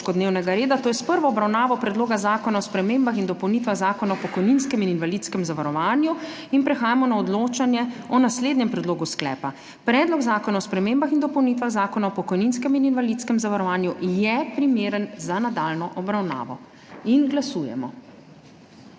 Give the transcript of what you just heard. dnevnega reda, to je s prvo obravnavo Predloga zakona o spremembah in dopolnitvah Zakona o pokojninskem in invalidskem zavarovanju. Prehajamo na odločanje o naslednjem predlogu sklepa: Predlog zakona o spremembah in dopolnitvah Zakona o pokojninskem in invalidskem zavarovanju je primeren za nadaljnjo obravnavo. Glasujemo.